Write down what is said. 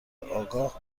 آگاه